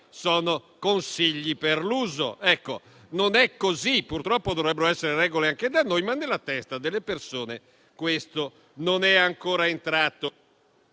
sono consigli per l'uso. Non è così, purtroppo; dovrebbero essere regole anche da noi, ma nella testa delle persone questo non è ancora entrato.